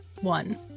One